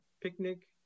picnic